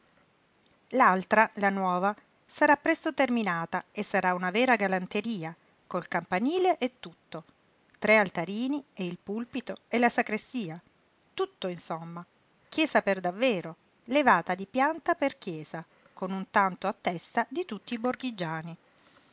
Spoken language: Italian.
l'altra la nuova sarà presto terminata e sarà una vera galanteria col campanile e tutto tre altarini e il pulpito e la sagrestia tutto insomma chiesa per davvero levata di pianta per chiesa con un tanto a testa di tutti i borghigiani